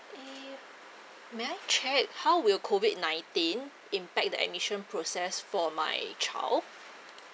eh may I check how will COVID nineteen impact the admission process for my child